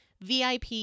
VIP